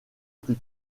plus